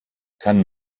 kann